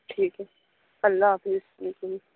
ٹھیک ہے اللہ حافظ تھینک یو